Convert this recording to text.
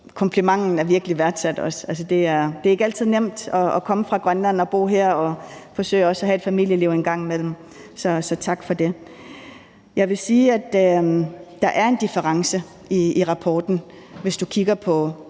komplimenten er virkelig værdsat. Altså, det er ikke altid nemt at komme fra Grønland og bo her og forsøge også at have et familieliv en gang imellem, så tak for det. Jeg vil sige, at der er en difference i rapporten, hvis du kigger på